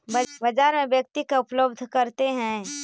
बाजार में व्यक्ति का उपलब्ध करते हैं?